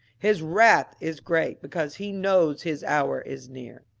his wrath is great, because he knows his hour is near.